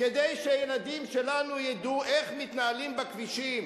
כדי שהילדים שלנו ידעו איך מתנהלים בכבישים.